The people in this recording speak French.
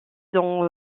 dans